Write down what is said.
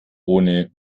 ohne